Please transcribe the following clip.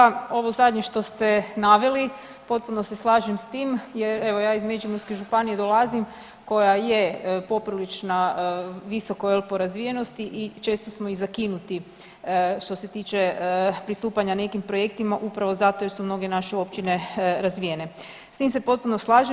Poštovani kolega, ovo zadnje što ste naveli, potpuno se slažem s tim jer evo ja iz Međimurske županije dolazim koja je poprilična visoko jel po razvijenosti i često smo i zakinuti što se tiče pristupanja nekim projektima upravo zato jer su mnoge naše općine razvijene, s tim se potpuno slažem.